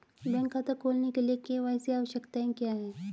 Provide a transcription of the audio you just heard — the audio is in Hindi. बैंक खाता खोलने के लिए के.वाई.सी आवश्यकताएं क्या हैं?